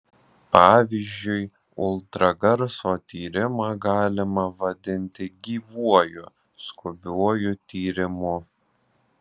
pavyzdžiui ultragarso tyrimą galima vadinti gyvuoju skubiuoju tyrimu